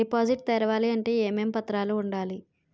Deposit తెరవాలి అంటే ఏమేం పత్రాలు ఉండాలి?